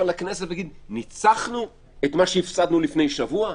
לכנסת ויגידו: ניצחנו את מה שהפסדנו לפני שבוע?